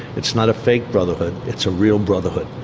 it's not a fake brotherhood, it's a real brotherhood.